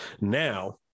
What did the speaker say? now